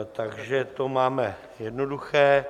Takže to máme jednoduché.